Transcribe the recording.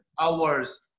hours